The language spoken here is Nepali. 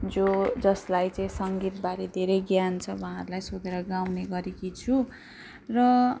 जो जसलाई चाहिँ सङ्गीतबारे धेरै ज्ञान छ उहाँहरूलाई सोधेर गाउने गरेकी छु र